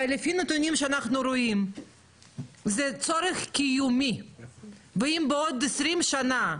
לפי הנתונים שאנחנו רואים זה צורך קיומי ואם בעוד 20 שנה,